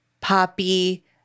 poppy